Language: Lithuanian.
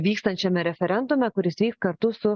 vykstančiame referendume kuris vyks kartu su